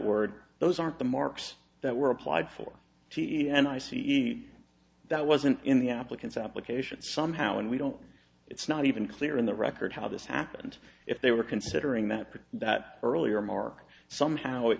word those aren't the marks that were applied for and i see that wasn't in the applicants applications somehow and we don't it's not even clear in the record how this happened if they were considering that part that earlier mark somehow it